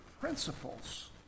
principles